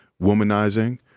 womanizing